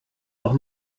noch